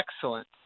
excellent